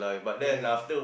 ya ya